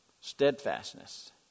steadfastness